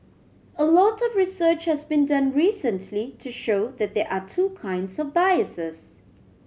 a lot of research has been done recently to show that there are two kinds of biases